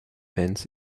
pants